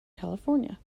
california